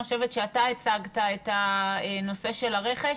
אני חושבת שאתה הצגת את הנושא של הרכש?